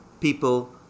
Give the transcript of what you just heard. people